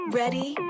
ready